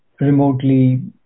remotely